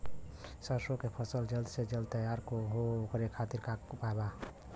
सरसो के फसल जल्द से जल्द तैयार हो ओकरे खातीर का उपाय बा?